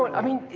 i mean,